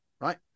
Right